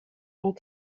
ont